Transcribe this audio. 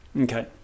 Okay